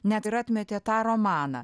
net ir atmetė tą romaną